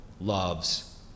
loves